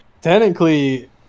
technically